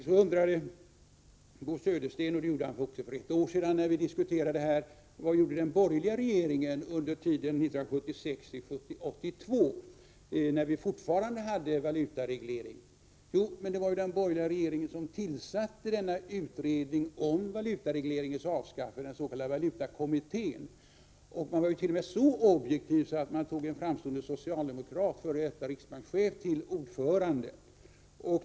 Så undrade Bo Södersten, och det gjorde han också för ett drygt år sedan när vi diskuterade den här frågan, vad den borgerliga regeringen gjorde åren 1976-1982, när vi fortfarande hade valutareglering. Jo, det var den borgerliga regeringen som tillsatte utredningen om valutaregleringens avskaffande, den s.k. valutakommittén. Man var t.o.m. så objektiv att man tog en framstående socialdemokrat och f.d. riksbankschef till ordförande.